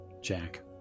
Jack